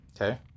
Okay